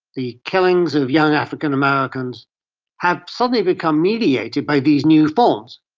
the killings of young african americans have suddenly become mediated by these new forms.